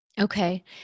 Okay